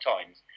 Times